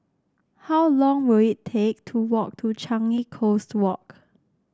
how long will it take to walk to Changi Coast Walk